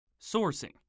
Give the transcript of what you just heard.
Sourcing